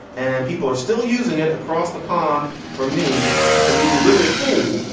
and people are still using it across the pond from me to mean little fool.